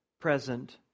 present